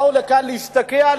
באו לכאן להשתקע,